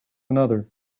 another